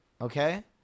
Okay